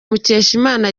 mukeshimana